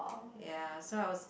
ya so I was